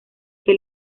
que